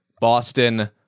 Boston